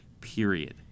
period